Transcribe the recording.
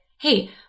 hey